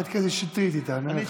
תשאל את קטי שטרית, היא תענה לך.